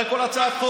הרי כל הצעת חוק,